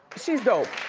she's dope.